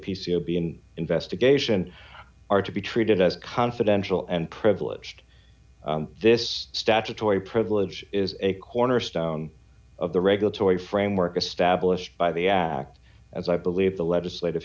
o b in investigation are to be treated as confidential and privileged this statutory privilege is a cornerstone of the regulatory framework established by the act as i believe the legislative